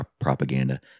propaganda